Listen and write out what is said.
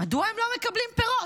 מדוע הם לא מקבלים פירות?